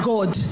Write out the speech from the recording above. God